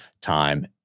time